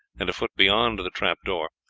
and a foot beyond the trap-door,